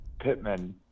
Pittman